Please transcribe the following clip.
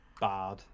Bad